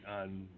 on